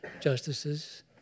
justices